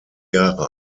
jahre